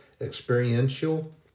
experiential